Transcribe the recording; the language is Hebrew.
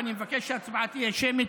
ואני מבקש שההצבעה תהיה שמית.